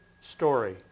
story